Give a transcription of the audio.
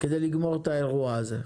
כדי לגמור את האירוע הזה.